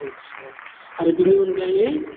आदसा आरो बिनि अनगायै